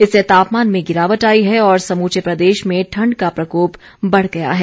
इससे तापमान में गिरावट आई है और समूचे प्रदेश में ठंड का प्रकोप बढ़ गया है